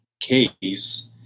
case